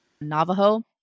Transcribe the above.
navajo